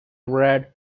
rad